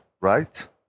right